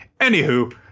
Anywho